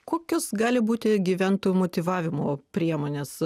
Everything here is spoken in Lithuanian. kokios gali būti gyventojų motyvavimo priemonės